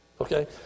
Okay